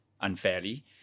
unfairly